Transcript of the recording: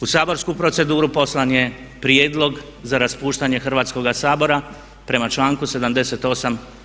U saborsku proceduru poslan je Prijedlog za raspuštanje Hrvatskoga sabora prema članku 78.